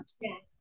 Yes